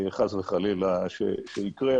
חס וחלילה שיקרה,